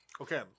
Okay